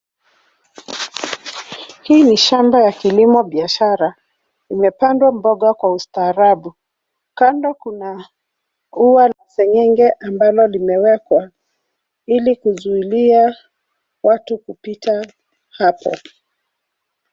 Hii ni shamba ya kilimo biashara. Imepandwa mboga kwa ustaarabu. Kando kuna ua la seng'enge ambalo limewekwa ili kuzuilia watu kupita hapo.